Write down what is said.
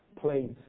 Please